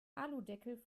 aludeckel